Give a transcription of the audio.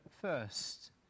first